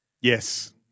Yes